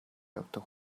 явдаг